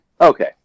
Okay